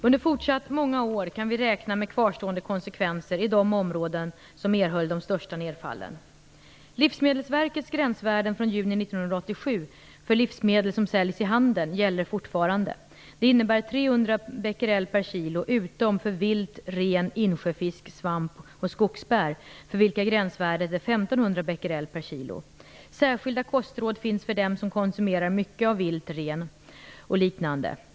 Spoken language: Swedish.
Under många år framöver kan vi räkna med kvarstående konsekvenser i de områden som erhöll de största nedfallen. Livsmedelsverkets gränsvärden från juni 1987 för livsmedel som säljs i handeln gäller fortfarande. Det innebär 300 becquerel per kilo utom för vilt, ren, insjöfisk, svamp och skogsbär, för vilka gränsvärdet är 1 500 becquerel per kilo. Särskilda kostråd finns för dem som konsumerar mycket av vilt, ren och liknande.